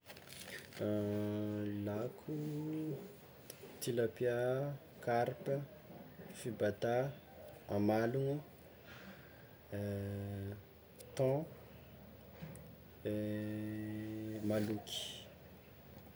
Lako: tilapià, karpa, fibatà, amalogno, thon, mahaloky.